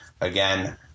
again